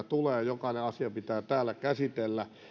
tulee jokainen asia pitää täällä käsitellä